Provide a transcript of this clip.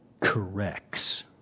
corrects